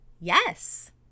yes